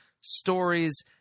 stories